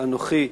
ואנוכי,